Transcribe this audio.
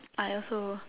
I also